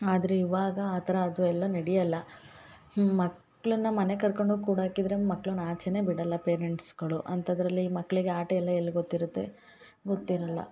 ಆದರೆ ಇವಾಗ ಆ ಥರ ಅದು ಎಲ್ಲಾ ನಡಿಯಲ್ಲ ಮಕ್ಕಳನ್ನ ಮನೆಗೆ ಕರ್ಕೊಂಡೋಗಿ ಕೂಡಾಕಿದ್ದರೆ ಮಕ್ಳನ್ನ ಆಚೆನೆ ಬಿಡಲ್ಲ ಪೇರೆಂಟ್ಸ್ಗಳು ಅಂಥದ್ರಲ್ಲಿ ಈ ಮಕ್ಕಳಿಗೆ ಆಟ ಎಲ್ಲ ಎಲ್ ಗೊತ್ತಿರುತ್ತೆ ಗೊತ್ತಿರಲ್ಲ